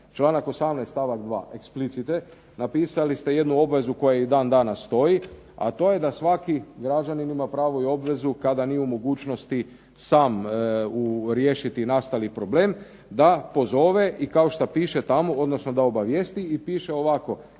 članak 18. stavak 2., eksplicite napisali ste jednu obvezu koja i dan danas stoji, a to je da svaki građanin ima pravo i obvezu kada nije u mogućnosti sam riješiti nastali problem, da pozove i kao šta piše tamo, odnosno da obavijesti i piše ovako